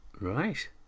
Right